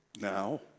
now